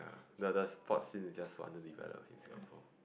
the the sports here is just for underdeveloped in Singapore